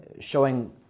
showing